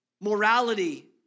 morality